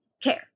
care